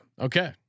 Okay